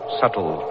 subtle